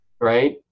right